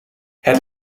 het